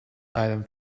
item